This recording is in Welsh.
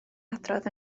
hadrodd